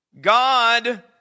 God